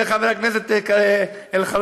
וחבר הכנסת אלחרומי.